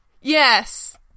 yes